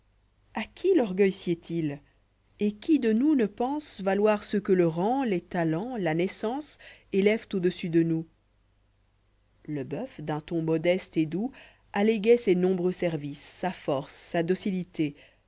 a qui l'orgueil sied il et qui de nous ne pense valoir ce que le rang lès talents là naissance élèvent au-dessus de nous le bœuf d'un ton modeste ét doux alléguoit ses nombreux services sa force sa docilité